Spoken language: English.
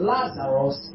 Lazarus